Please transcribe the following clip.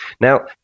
Now